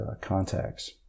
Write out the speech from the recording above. contacts